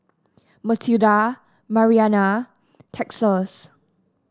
Matilda Mariana Texas